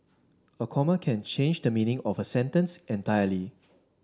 a comma can change the meaning of a sentence entirely